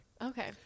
Okay